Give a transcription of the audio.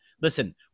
Listen